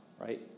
right